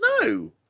no